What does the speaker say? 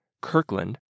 Kirkland